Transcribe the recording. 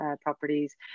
properties